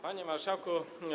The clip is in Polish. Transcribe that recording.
Panie Marszałku!